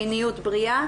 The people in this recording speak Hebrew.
ולמיניות בריאה,